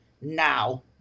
now